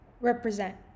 represent